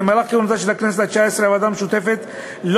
במהלך כהונתה של הכנסת התשע-עשרה הוועדה המשותפת לא